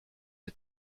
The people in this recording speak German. die